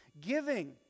Giving